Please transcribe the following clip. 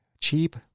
cheap